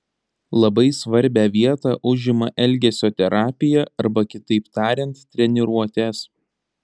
labai svarbią vietą užima elgesio terapija arba kitaip tariant treniruotės